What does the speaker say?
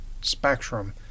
spectrum